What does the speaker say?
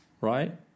Right